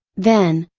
then,